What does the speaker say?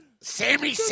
Sammy